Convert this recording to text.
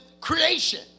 creation